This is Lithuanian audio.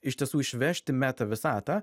iš tiesų išvežti meta visatą